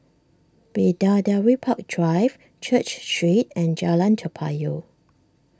Bidadari Park Drive Church Street and Jalan Toa Payoh